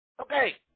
Okay